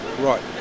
right